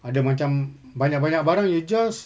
ada banyak banyak barang you just